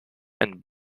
and